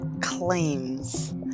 claims